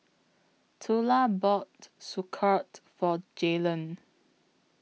Tula bought Sauerkraut For Jaylan